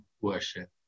worship